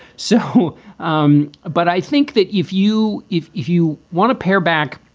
so um but i think that if you if if you want to pare back,